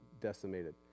decimated